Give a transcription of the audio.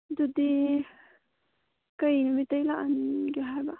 ꯑꯗꯨꯗꯤ ꯀꯔꯤ ꯅꯨꯃꯤꯠꯇꯩ ꯂꯥꯛꯍꯟꯒꯦ ꯍꯥꯏꯕ